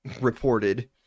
reported